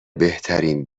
بهترین